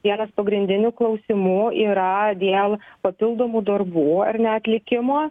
vienas pagrindinių klausimų yra dėl papildomų darbų ar ne atlikimo